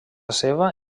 seva